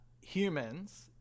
humans